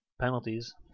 penalties